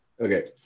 Okay